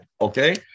Okay